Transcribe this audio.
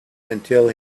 until